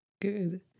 Good